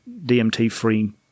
DMT-free